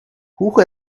who